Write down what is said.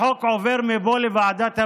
החוק עובר מפה לוועדת הבריאות.